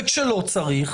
וכשלא צריך,